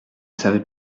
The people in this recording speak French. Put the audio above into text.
savez